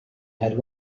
had